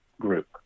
group